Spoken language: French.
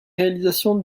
réalisation